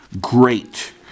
great